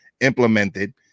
implemented